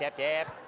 yeah deb.